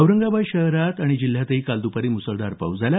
औरंगाबाद शहरात जिल्ह्यात काल द्रपारी मुसळधार पाऊस झाला